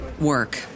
work